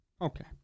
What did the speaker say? Okay